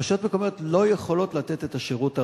רשויות מקומיות לא יכולות לתת את השירות הראוי,